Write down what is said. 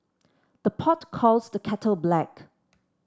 the pot calls the kettle black